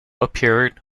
appeared